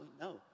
No